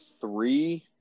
three